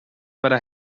para